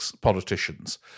politicians